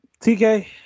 TK